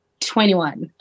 21